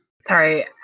sorry